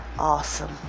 awesome